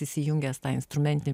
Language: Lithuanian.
įsijungęs tą instrumentinį